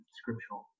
scriptural